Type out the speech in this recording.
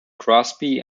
crosby